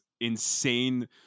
insane